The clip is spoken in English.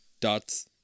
Dots